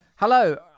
Hello